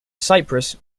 cypress